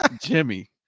Jimmy